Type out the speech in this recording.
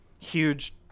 huge